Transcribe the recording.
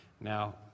Now